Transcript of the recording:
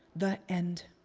the end.